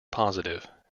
positive